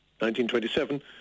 1927